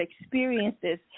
experiences